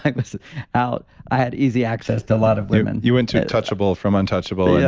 i was out, i had easy access to a lot of women. you went to touchable from untouchable. yeah